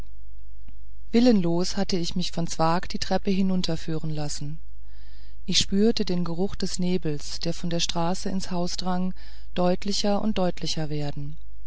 willenlos hatte ich mich von zwakh die treppe hinunterführen lassen ich spürte den geruch des nebels der von der straße ins haus drang deutlicher und deutlicher werden